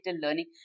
learning